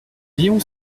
léon